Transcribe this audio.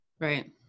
Right